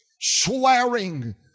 swearing